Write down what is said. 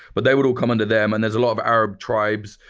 but they would all come under them. and there's a lot of arab tribes.